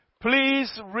Please